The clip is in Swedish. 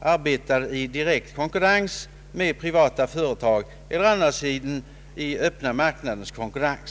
arbetar i direkt konkurrens med privata företag eller över huvud taget konkurrerar på den öppna marknaden.